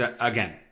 again